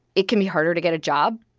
it can be harder to get a job.